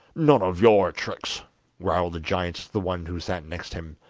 none of your tricks growled the giant to the one who sat next him.